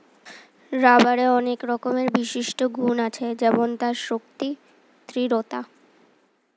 রাবারের অনেক রকমের বিশিষ্ট গুন্ আছে যেমন তার শক্তি, দৃঢ়তা